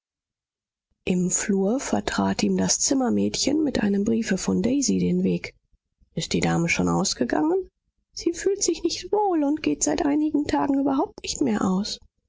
im flur vertrat ihm das zimmermädchen mit einem briefe von daisy den weg ist die dame schon ausgegangen sie fühlt sich nicht wohl und geht seit einigen tagen überhaupt nicht mehr aus